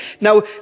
Now